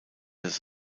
des